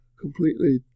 completely